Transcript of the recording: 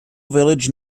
village